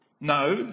No